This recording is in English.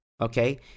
okay